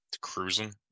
cruising